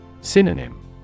Synonym